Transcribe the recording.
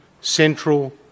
central